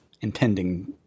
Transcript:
intending